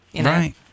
Right